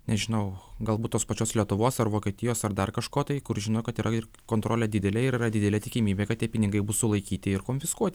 nežinau gal būt tos pačios lietuvos ar vokietijos ar dar kažko tai kur žino kad yra ir kontrolė didelėje yra didelė tikimybė kad tie pinigai bus sulaikyti ir konfiskuoti